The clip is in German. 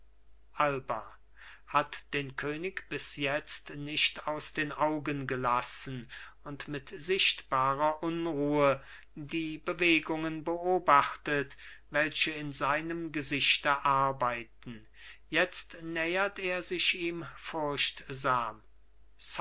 alba hat den könig bis jetzt nicht aus den augen gelassen und mit sichtbarer unruhe die bewegungen beobachtet welche in seinem gesichte arbeiten jetzt nähert er sich ihm furchtsam